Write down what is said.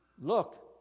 Look